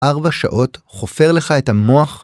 ‫4 שעות חופר לך את המוח.